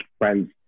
friends